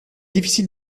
difficile